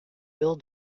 bill